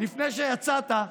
לפני שיצאת,